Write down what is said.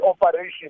operation